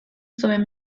zuen